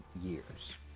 years